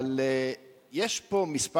אבל יש פה כמה בעיות,